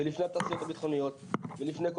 ולפני התעשיות הביטחוניות ולפני כל